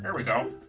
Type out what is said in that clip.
and we go.